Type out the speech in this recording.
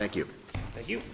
thank you thank you